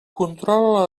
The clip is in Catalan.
controla